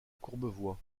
courbevoie